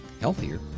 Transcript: healthier